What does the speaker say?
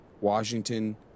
Washington